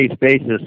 basis